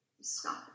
Stop